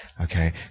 Okay